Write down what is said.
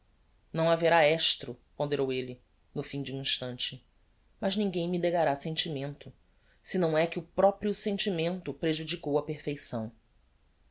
não haverá estro ponderou elle no fim de um instante mas ninguem me negará sentimento se não é que o proprio sentimento prejudicou a perfeição